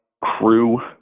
crew